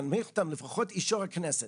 נבקש לפחות את אישור הכנסת,